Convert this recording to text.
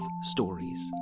stories